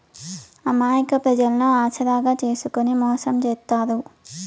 అమాయక ప్రజలను ఆసరాగా చేసుకుని మోసం చేత్తారు